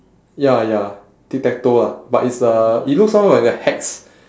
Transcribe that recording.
ya ya tic-tac-toe lah but it's a it looks more like a hex